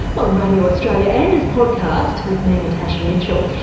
on radio australia and as podcast with me, natasha mitchell.